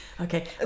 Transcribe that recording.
okay